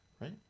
right